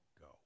go